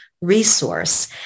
resource